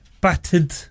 battered